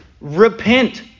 Repent